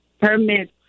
permits